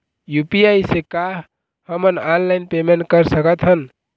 UPI से का हमन ऑनलाइन पेमेंट कर सकत हन?